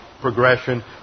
progression